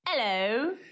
Hello